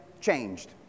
changed